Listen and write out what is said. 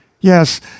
Yes